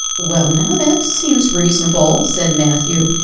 well now, that seems reasonable, said matthew.